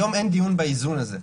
היום אין דיון באיזון הזה,